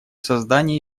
создания